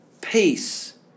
peace